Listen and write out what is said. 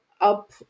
up